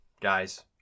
guys